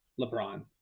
LeBron